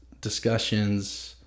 discussions